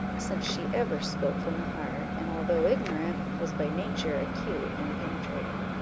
since she ever spoke from the heart, and although ignorant, was by nature acute and penetrating.